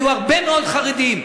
היו הרבה מאוד חרדים,